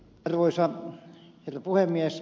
arvoisa herra puhemies